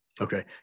Okay